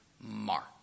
mark